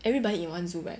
everybody in one zoom right